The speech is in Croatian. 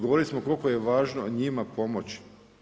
Govorili smo koliko je važno njima pomoći.